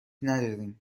نداریم